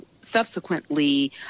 subsequently